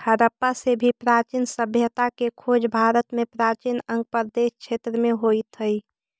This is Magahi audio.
हडप्पा से भी प्राचीन सभ्यता के खोज भारत में प्राचीन अंग प्रदेश क्षेत्र में होइत हई